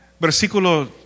versículo